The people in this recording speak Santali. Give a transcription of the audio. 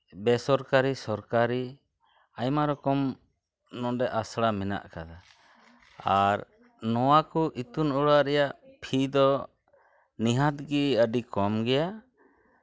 ᱵᱮᱥᱚᱨᱠᱟᱨᱤ ᱥᱚᱨᱠᱟᱨᱤ ᱟᱭᱢᱟ ᱨᱚᱠᱚᱢ ᱱᱚᱸᱰᱮ ᱟᱥᱲᱟ ᱢᱮᱱᱟᱜ ᱠᱟᱫᱟ ᱟᱨ ᱱᱚᱣᱟᱠᱚ ᱤᱛᱩᱱ ᱚᱲᱟᱜ ᱨᱮᱭᱟᱜ ᱯᱷᱤ ᱫᱚ ᱱᱤᱦᱟᱹᱛ ᱜᱮ ᱟᱹᱰᱤ ᱠᱚᱢ ᱜᱮᱭᱟ